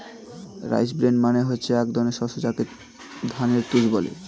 rice bran মানে হচ্ছে এক ধরনের শস্য যাকে ধানের তুষ বলে